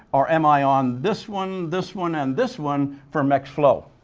or am i on this one, this one, and this one for mixed flow?